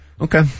Okay